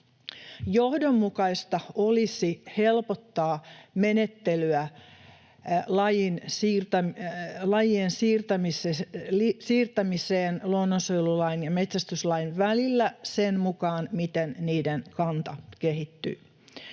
Johdonmukaista olisi helpottaa menettelyä lajien siirtämiseen luonnonsuojelulain ja metsästyslain välillä sen mukaan, miten niiden kanta kehittyy.